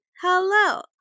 Hello